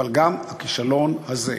אבל גם הכישלון הזה.